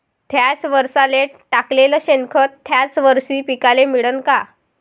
थ्याच वरसाले टाकलेलं शेनखत थ्याच वरशी पिकाले मिळन का?